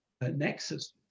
nexus